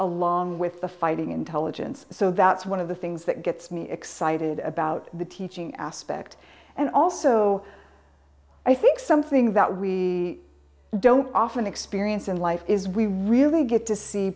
along with the fighting intelligence so that's one of the things that gets me excited about the teaching aspect and also i think something that we don't often experience in life is we really get to see